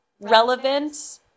relevant